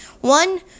One